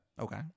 Okay